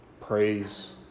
Praise